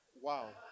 Wow